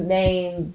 name